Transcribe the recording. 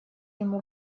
ему